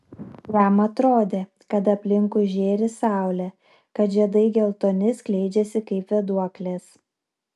jam atrodė kad aplinkui žėri saulė kad žiedai geltoni skleidžiasi kaip vėduoklės